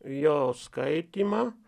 jo skaitymą